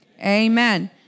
Amen